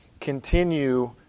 continue